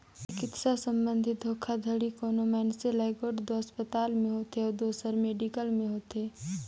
चिकित्सा संबंधी धोखाघड़ी कोनो मइनसे ल एगोट दो असपताल में होथे अउ दूसर मेडिकल में होथे